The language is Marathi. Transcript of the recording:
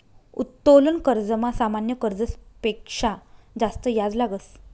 उत्तोलन कर्जमा सामान्य कर्जस पेक्शा जास्त याज लागस